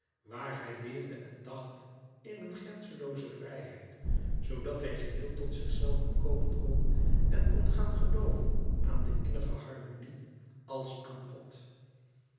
waar hij leefde en dacht in een grenzenlooze vrijheid zoodat hij geheel tot zichzelven komen kon en kon gaan gelooven aan de innige harmonie als aan god